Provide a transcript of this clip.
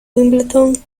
wimbledon